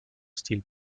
style